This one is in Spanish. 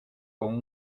con